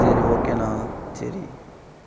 சரி ஓகேண்ணா சரி